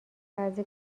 بعضی